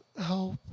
help